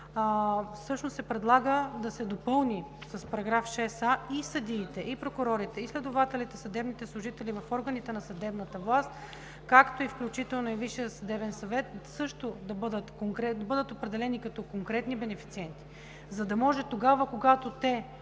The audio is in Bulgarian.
всъщност се предлага да се допълни и съдиите, и прокурорите, и следователите, съдебните служители в органите на съдебната власт, както и Висшият съдебен съвет също да бъдат определени като конкретни бенефициенти, за да може, когато те